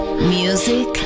Music